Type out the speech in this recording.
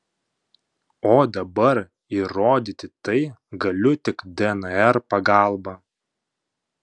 o dabar įrodyti tai galiu tik dnr pagalba